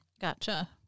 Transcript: Gotcha